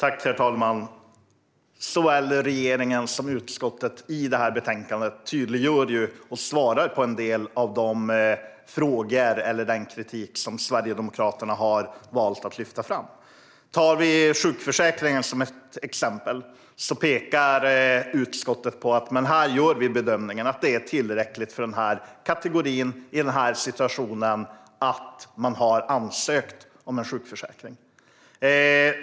Herr talman! Såväl regeringen som utskottet gör förtydliganden och svarar på en del av den kritik som Sverigedemokraterna har valt att lyfta fram. Tar vi sjukförsäkringen som ett exempel så pekar utskottet på att man gör bedömningen att det är tillräckligt för den kategorin i den situationen att man har ansökt om en sjukförsäkring.